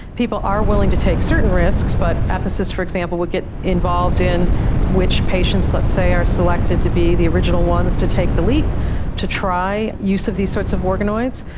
people are willing to take certain risks but ethicists, for example, would get involved in which patients, let's say, are selected to be the original ones to take the leap to try use of these sorts of organoids.